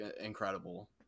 incredible